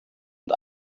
und